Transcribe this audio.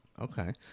Okay